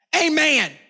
Amen